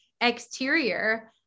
exterior